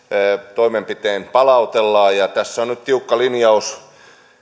toimenpitein palautellaan tässä on nyt tiukka linjaus